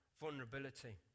vulnerability